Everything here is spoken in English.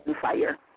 fire